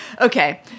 Okay